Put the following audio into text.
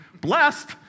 Blessed